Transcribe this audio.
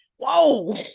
whoa